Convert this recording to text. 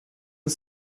and